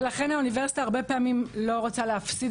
לכן האוניברסיטה הרבה פעמים לא רוצה להפסיד